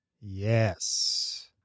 Yes